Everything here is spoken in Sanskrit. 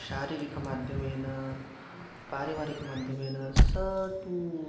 शारीरिक माध्यमेन पारिवारिक माध्यमेन सः तु